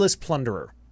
plunderer